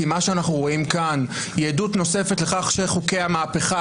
כי מה שאנחנו רואים כאן זו עדות נוספת לכך שחוקי המהפכה,